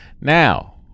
Now